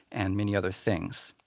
and many other things.